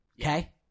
Okay